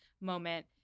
moment